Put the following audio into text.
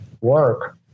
work